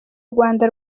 rwanda